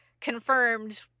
confirmed